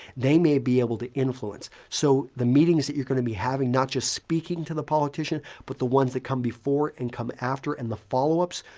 they may be able to influence. so the meetings that you're going to be having not just speaking to the politician, but the ones that come before and come after in and the follow-ups,